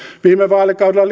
viime vaalikaudella